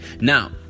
Now